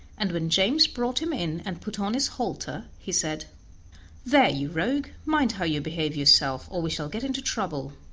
and when james brought him in and put on his halter he said there, you rogue, mind how you behave yourself, or we shall get into trouble.